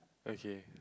okay